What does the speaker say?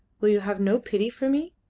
will you have no pity for me?